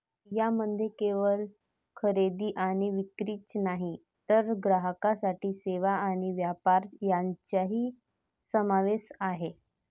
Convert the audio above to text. यामध्ये केवळ खरेदी आणि विक्रीच नाही तर ग्राहकांसाठी सेवा आणि व्यापार यांचाही समावेश आहे